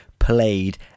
Played